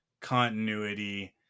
continuity